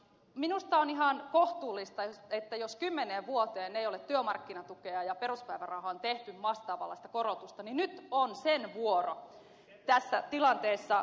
minusta on ihan kohtuullista että jos kymmeneen vuoteen ei ole työmarkkinatukeen ja peruspäivärahaan tehty vastaavanlaista korotusta nyt on sen vuoro tässä tilanteessa